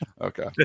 okay